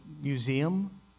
museum